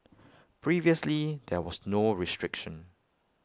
previously there was no restriction